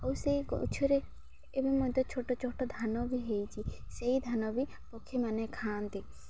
ଆଉ ସେଇ ଗଛରେ ଏବେ ମଧ୍ୟ ଛୋଟ ଛୋଟ ଧାନ ବି ହେଇଛି ସେଇ ଧାନ ବି ପକ୍ଷୀମାନେ ଖାଆନ୍ତି